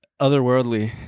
otherworldly